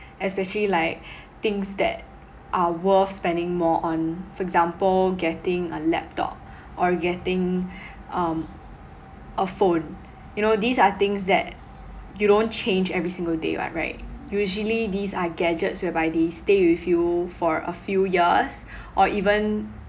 especially like things that are worth spending more on for example getting a laptop or getting um a phone you know these are things that you don't change every single day [what] right usually these are gadgets whereby they stay with you for a few years or even